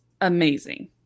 amazing